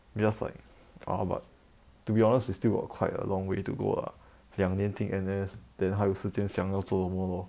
just like ah but to be honest we still got quite a long way to go ah 两年进 N_S then 还有时间想要做什么 lor